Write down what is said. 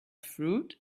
fruit